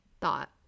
thought